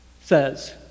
says